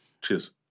Cheers